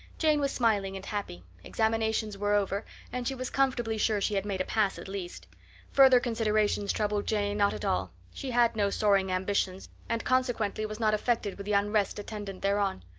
jane was smiling and happy examinations were over and she was comfortably sure she had made a pass at least further considerations troubled jane not at all she had no soaring ambitions and consequently was not affected with the unrest attendant thereon.